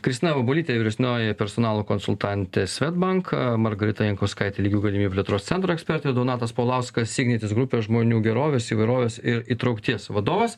kristina vabolytė vyresnioji personalo konsultantė swedbank margarita jankauskaitė lygių galimybių plėtros centro ekspertė donatas paulauskas ignitis grupės žmonių gerovės įvairovės ir įtraukties vadovas